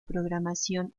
programación